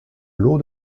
l’eau